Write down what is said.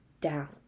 down